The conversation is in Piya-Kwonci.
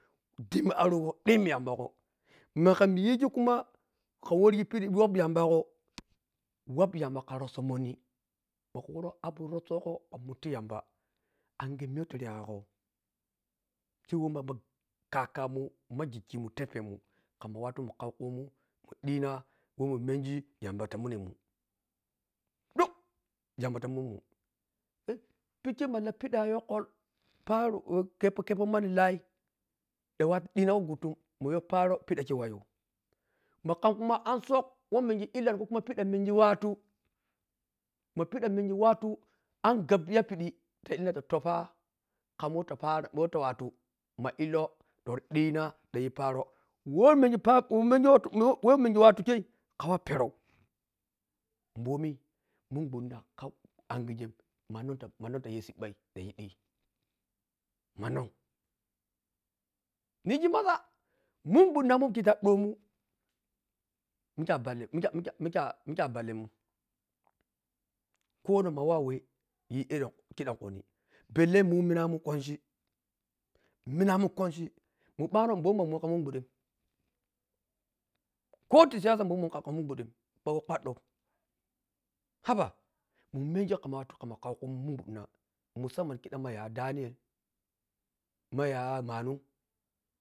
Dhemmi arigho dhummi yamba gho magha yigi kuma khawughi pegho wap yamba gho wapyamba kha rhoso many mhogo worho abrosogho khan kutti yamba angighe miya wah taruya yaghaghon khe wah ma ma kakamun ma ghikhi. un khaukhumun mindhina wah munnegi yamba ta munemun duk yamba ta munnum “ee” pekhe ma lah pidha yhoawalparoo khepho ma kepho monny lahyi dhan watu dhinha ti khu guttum yho parho pedhakhu warkoye ma kham kuma ansou wah mengi ko kuma pedha mnegi ko kuma pasha mengi watu ma pedha mengi watu anghap yapedhi ta wah para wah ta watu ma illau dhandhina dhanyi parho wah mengi paro mengi wah wah mengi watu khe khawa perho bomi mengbwo dhina mum khau anghighem manhoh taghe siɓɓ mayhdi man hoh aa mungbwa dhina wah ta dohmun mike a pelle mikhe mikhe khe a pelleimun khonhokh ma wah weh yhi alen khedhen khunhi bellemun minamun kwanshi minamun kwanchi blanho momi munwon kha mun gbwadhem khoti siyasa momin muwhom kha mungbwahen bhoh kwadgau haba munmgi khama watu khmama khau khumusa mungbwadhina musamman khidham ma yaya daniel ma yaya manu.